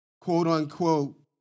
quote-unquote